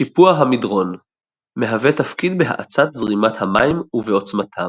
שיפוע המדרון מהווה תפקיד בהאצת זרימת המים ובעוצמתם.